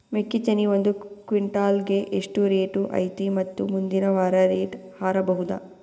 ಮೆಕ್ಕಿ ತೆನಿ ಒಂದು ಕ್ವಿಂಟಾಲ್ ಗೆ ಎಷ್ಟು ರೇಟು ಐತಿ ಮತ್ತು ಮುಂದಿನ ವಾರ ರೇಟ್ ಹಾರಬಹುದ?